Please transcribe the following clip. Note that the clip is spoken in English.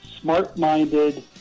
smart-minded